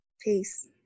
Peace